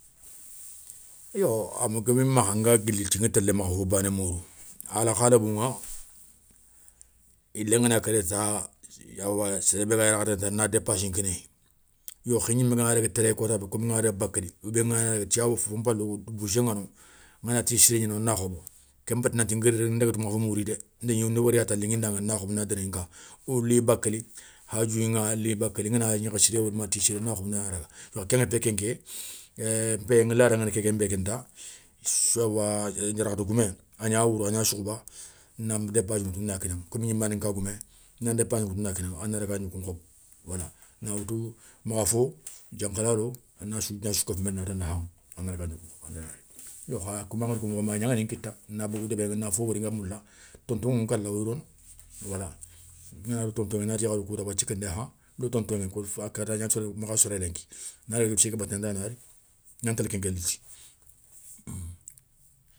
Yo ama gabi makha nga guili ti ŋa télé makhafo bané mourou, alkhalibouŋa, yilé ngana kéré ta awa séré bé ga yarakhatén ta na dépassi nkinéyi, yo khi gnimé gana daga téré kotabé, komi ngana daga bakel, oubien ngana daga tiyabou fon paloukou bousser ŋa no, ngana tiyé siré gni no na khobo, nké péti nanti nguiri dé ndaga makhfo mouri dé, nda gni nda wori yata a liŋin da ta na khobo, na déni nka, ou li bakéli, hadiouyiŋa li bakéli ngana gnékhé siré wori ma tiyé siré na khobo ndana daga bon kengatéye kenké, lada nguéni ké nké nbé kenta yarakhata goumé a gna wouro, a gna soukhouba nan dépassi ŋoutou na kinaŋa. komi gnimanin ka goumé na ndépassi ŋoutou na kinaŋa a na daga a gnokou nkhobo wala na woutou makhafo, diankhalalo a na sou nasou kafoumé natanda haŋou a na daga gnokou nkhobou, yo kha koma angada ko mokho nbé aya gnaŋani nkita na bogou débéŋa na fo wori nga moula, tontoŋou ŋa kala woy rono wala ngana ro tontoŋé nati yakharou nda wathia kendé han lo tontoŋé katiyaguéni makha soré lenki, na daga do tiyé ké baté ndana ri, gnan télé kenké liti.